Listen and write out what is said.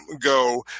go